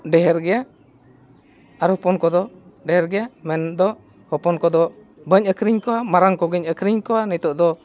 ᱰᱷᱮᱨ ᱜᱮ ᱟᱨᱚ ᱦᱚᱯᱚᱱ ᱠᱚᱫᱚ ᱰᱷᱮᱨ ᱜᱮ ᱢᱮᱱᱫᱚ ᱦᱚᱯᱚᱱ ᱠᱚᱫᱚ ᱵᱟᱹᱧ ᱟᱹᱠᱷᱨᱤᱧ ᱠᱚᱣᱟ ᱢᱟᱨᱟᱝ ᱠᱚᱜᱮᱧ ᱟᱹᱠᱷᱨᱤᱧ ᱠᱚᱣᱟ ᱱᱤᱛᱚᱜ ᱫᱚ